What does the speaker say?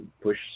push